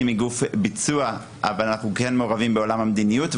היא גוף ביצוע אבל אנחנו כן מעורבים בעולם המדיניות.